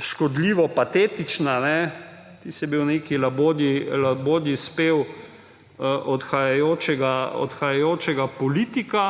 škodljivo patetična, bila je nek labodji spev odhajajočega politika.